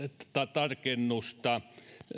tarkennusta